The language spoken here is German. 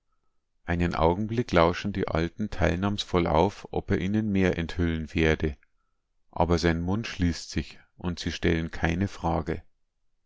einen augenblick lauschen die alten teilnahmsvoll auf ob er ihnen mehr enthüllen werde aber sein mund schließt sich und sie stellen keine frage